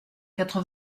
quatre